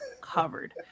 covered